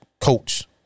coach